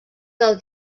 del